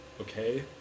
Okay